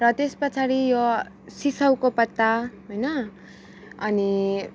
र त्यस पछाडी यो सिसाउको पत्ता होइन अनि